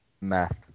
Math